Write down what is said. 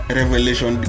revelation